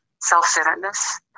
self-centeredness